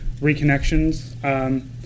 reconnections